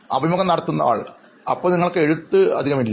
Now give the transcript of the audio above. അഭിമുഖം നടത്തുന്നയാൾ അപ്പോൾ നിങ്ങൾക്ക് എഴുത്തു കുറവാണ്